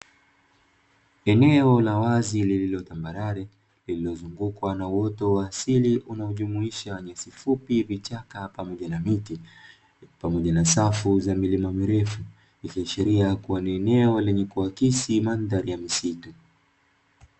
Eneo la wazi lililotambarare lililozungukwa na uwoto wa asili, linalojumuisha nyasi fupi, vichaka pamoja na miti pamoja na safu za milima mirefu ikiashiria kuwa ni eneo la kuakisi mandhari ya misitu.